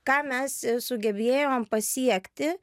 ką mes sugebėjome pasiekti